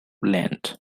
land